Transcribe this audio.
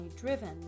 driven